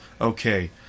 Okay